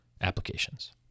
applications